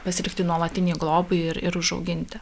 pasilikti nuolatinei globai ir ir užauginti